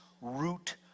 root